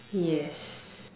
yes